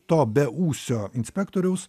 to beūsio inspektoriaus